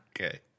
Okay